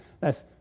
thats